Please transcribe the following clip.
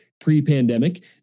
pre-pandemic